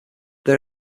they